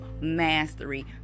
mastery